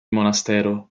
monastero